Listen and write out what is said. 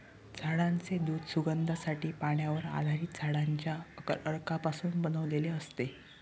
झाडांचे दूध सुगंधासाठी, पाण्यावर आधारित झाडांच्या अर्कापासून बनवलेले असते